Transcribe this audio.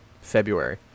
February